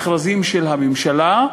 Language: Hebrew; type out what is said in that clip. מכרזים של הממשלה,